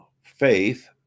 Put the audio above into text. faith